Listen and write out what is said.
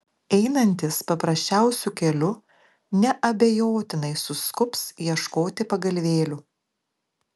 einantys paprasčiausiu keliu neabejotinai suskubs ieškoti pagalvėlių